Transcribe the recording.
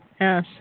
Yes